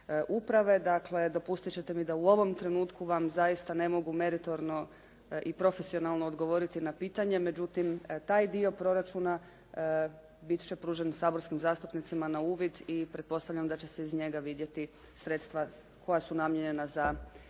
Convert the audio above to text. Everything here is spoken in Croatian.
uprave. Dakle, dopustit ćete mi da u ovom trenutku vam zaista ne mogu meritorno i profesionalno odgovoriti na pitanje. Međutim, taj dio proračuna bit će pružen saborskim zastupnicima na uvid i pretpostavljam da će se iz njega vidjeti sredstva koja su namijenjena za